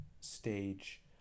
stage